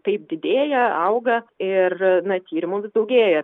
taip didėja auga ir na tyrimų vis daugėja